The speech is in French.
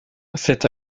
cet